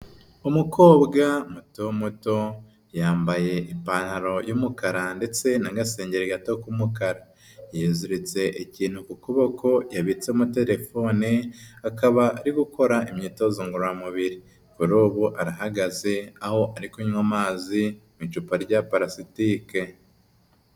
Umukobwa muto muto yambaye ipantaro y'umukara ndetse n'agasengeri gato k'umukara, yiziritse ikintu ku kuboko yabitsemo telefone akaba ari gukora imyitozo ngororamubiri kuri ubu arahagaze aho ari kunywa amazi mu icupa rya palasitike.